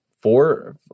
four –